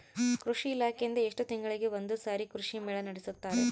ಕೃಷಿ ಇಲಾಖೆಯಿಂದ ಎಷ್ಟು ತಿಂಗಳಿಗೆ ಒಂದುಸಾರಿ ಕೃಷಿ ಮೇಳ ನಡೆಸುತ್ತಾರೆ?